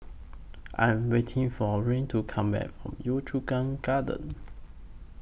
I Am waiting For Rian to Come Back from Yio Chu Kang Gardens